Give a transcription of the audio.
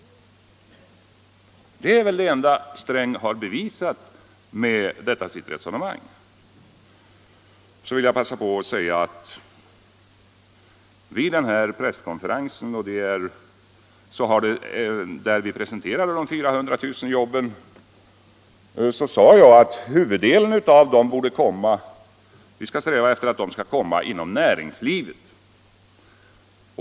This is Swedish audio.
Det är väl det enda herr Sträng har bevisat med detta sitt resonemang. Jag vill passa på att säga att jag vid den presskonferens där vi presenterade förslaget om 400 000 nya jobb sade att vi skall sträva efter att huvuddelen av dem tillkommer inom näringslivet.